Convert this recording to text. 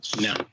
No